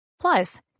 Plus